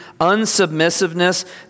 unsubmissiveness